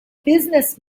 business